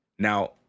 Now